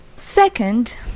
Second